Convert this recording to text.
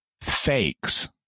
fakes